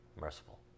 merciful